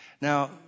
Now